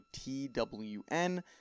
TWN